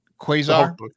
Quasar